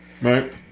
Right